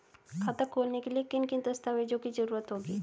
खाता खोलने के लिए किन किन दस्तावेजों की जरूरत होगी?